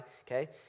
okay